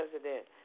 president